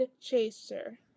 chaser